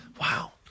Wow